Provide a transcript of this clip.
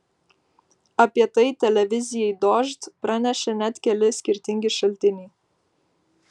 apie tai televizijai dožd pranešė net keli skirtingi šaltiniai